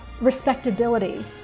respectability